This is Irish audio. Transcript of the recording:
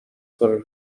bhur